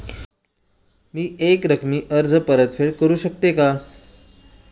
मी एकरकमी कर्ज परतफेड करू शकते का?